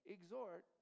Exhort